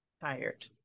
tired